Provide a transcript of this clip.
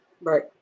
right